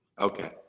Okay